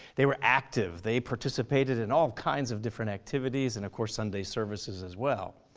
they were active, they participated in all kinds of different activities and of course sunday services as well.